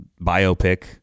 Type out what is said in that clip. biopic